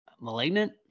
Malignant